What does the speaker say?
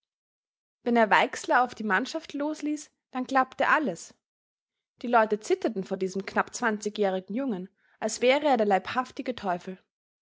wenn er weixler auf die mannschaft losließ dann klappte alles die leute zitterten vor diesem knapp zwanzigjährigen jungen als wäre er der leibhaftige teufel